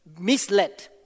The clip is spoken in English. misled